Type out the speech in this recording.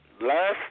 Last